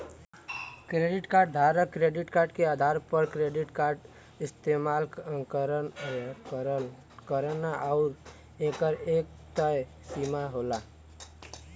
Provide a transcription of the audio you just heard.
credit card धारक credit के आधार पर क्रेडिट कार्ड इस्तेमाल करलन आउर एकर एक तय सीमा होला